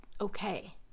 okay